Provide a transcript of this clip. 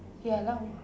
ya lah